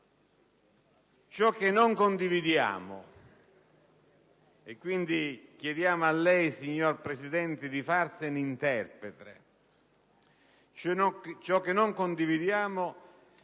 Ciò che non condividiamo